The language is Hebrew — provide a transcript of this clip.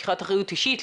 לקיחת אחריות אישית,